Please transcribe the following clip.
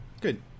Good